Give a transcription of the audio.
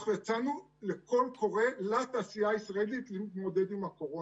אנחנו יצאנו בקול קורא לתעשייה הישראלית להתמודד עם הקורונה.